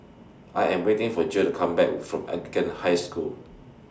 I Am waiting For Jill Come Back from Anglican High School